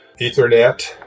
Ethernet